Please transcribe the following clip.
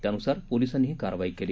त्यानुसार पोलिसांनी ही कारवाई केली